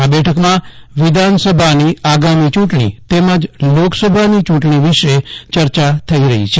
આ બેઠકમાં વિધાનસભાની આગામી યું ટણી તેમજ લોકસભાની યું ટણી વિશે ચર્ચા થઇ રહી છે